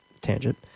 tangent